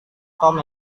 tom